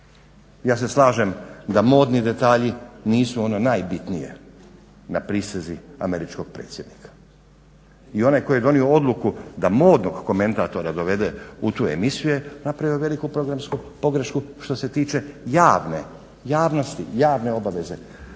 Ja se slažem da modni detalji nisu ono najbitnije na prisezi američkog predsjednika i onaj tko je donio odluku da modnog komentatora dovede u tu emisiju je napravio veliku programsku pogrešku što se tiče javnosti, javne obaveze